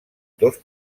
dos